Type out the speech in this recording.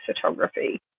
photography